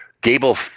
Gable